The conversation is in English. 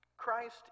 Christ